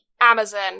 Amazon